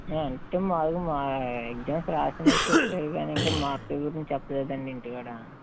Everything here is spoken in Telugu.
ఆ అంటే మామూలుగా ఎగ్జామ్ వ్రాసినట్టు చెప్పాడు కానీ ఇంకా మార్క్స్ గురించి చెప్పలేదు అండి ఇంటికాడా